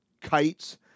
kites